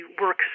works